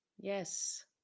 Yes